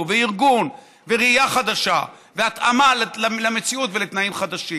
וארגון וראייה חדשה והתאמה למציאות ולתנאים חדשים,